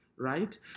right